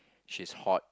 she's hot